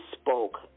spoke